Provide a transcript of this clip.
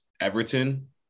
Everton